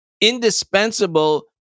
indispensable